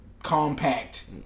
compact